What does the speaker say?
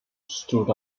stood